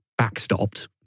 backstopped